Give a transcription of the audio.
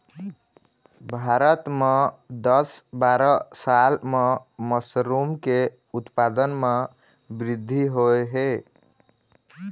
भारत म दस बारा साल म मसरूम के उत्पादन म बृद्धि होय हे